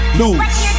lose